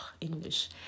english